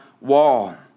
wall